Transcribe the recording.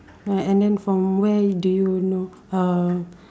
uh and and then from where do you know uh